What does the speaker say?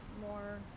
more